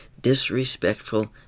disrespectful